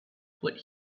what